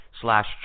slash